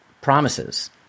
promises